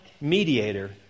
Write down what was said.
mediator